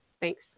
Thanks